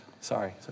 Sorry